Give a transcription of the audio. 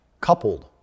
coupled